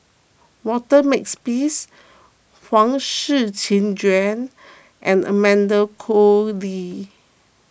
Walter Makepeace Huang Shiqi Joan and Amanda Koe Lee